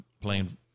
playing